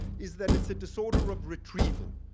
is that it's a disorder of retrieval,